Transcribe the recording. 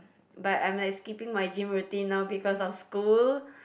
but I'm like skipping my gym routine now because of school